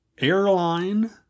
airline